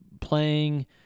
playing